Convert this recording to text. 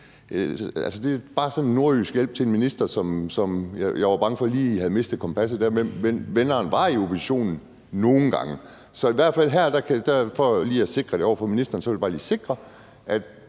Det er bare sådan en nordjysk hjælp til en minister, som jeg var bange for lige havde mistet kompasset der. Men vennerne er i oppositionen nogle gange. Så i hvert fald her vil jeg bare lige forsikre ministeren om, at på nær